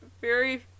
very-